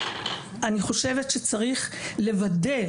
אני חושבת שצריך לוודא,